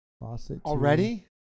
Already